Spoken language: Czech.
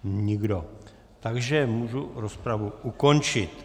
Nikdo, takže můžu rozpravu ukončit.